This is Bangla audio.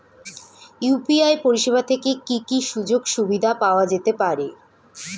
ইউ.পি.আই পরিষেবা থেকে কি কি সুযোগ সুবিধা পাওয়া যেতে পারে?